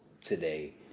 today